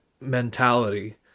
mentality